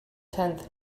tenth